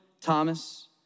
Thomas